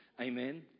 Amen